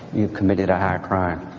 you've committed a higher crime.